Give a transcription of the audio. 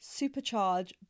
supercharge